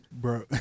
Bro